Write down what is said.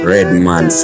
Redman